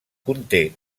conté